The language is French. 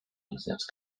exerce